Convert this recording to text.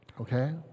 okay